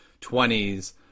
20s